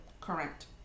Correct